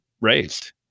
raised